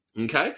okay